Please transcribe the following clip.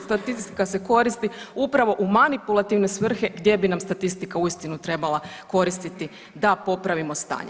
statistika se koristi upravo u manipulativne svrhe gdje bi nam statistika uistinu trebala koristiti da popravimo stanje.